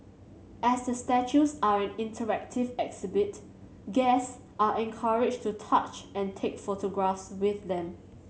as the statues are an interactive exhibit guests are encouraged to touch and take photographs with them